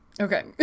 Okay